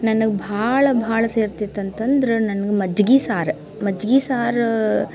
ನನಗೆ ಭಾಳ ಭಾಳ ಸೇರ್ತಿತ್ತು ಅಂತಂದ್ರೆ ನನ್ಗೆ ಮಜ್ಗೆ ಸಾರು ಮಜ್ಗೆ ಸಾರು